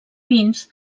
pins